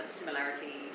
similarity